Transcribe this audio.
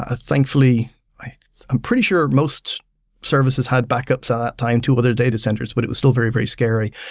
ah thankfully i'm pretty sure most services had backups ah at time too with their data centers, but it was still very very scary,